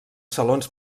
salons